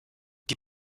die